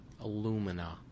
alumina